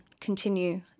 continue